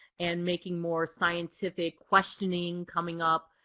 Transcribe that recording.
and making more scientific questioning coming up,